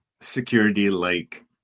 security-like